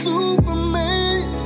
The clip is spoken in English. Superman